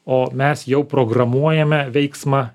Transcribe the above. o mes jau programuojame veiksmą